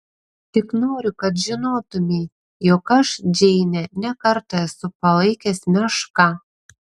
tik noriu kad žinotumei jog aš džeinę ne kartą esu palaikęs meška